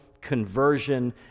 conversion